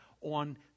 on